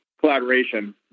collaboration